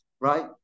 right